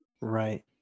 Right